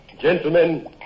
Gentlemen